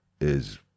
is-